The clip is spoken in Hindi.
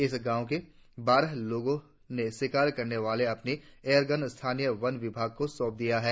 इस गांव के बारह लोगों ने शिकार करने वाली अपनी एयर गन स्थानीय वन विभाग को सौंप दी है